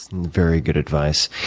very good advice.